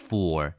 Four